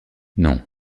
non